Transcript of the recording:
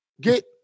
get